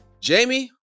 Jamie